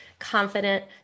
confident